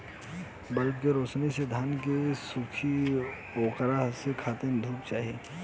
bulb के रौशनी से धान न सुखी ओकरा खातिर धूप चाही